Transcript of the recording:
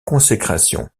consécration